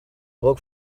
look